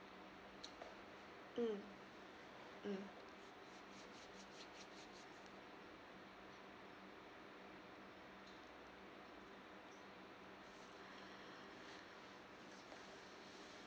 mm